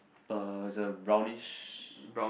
uh it's a brownish